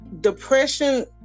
depression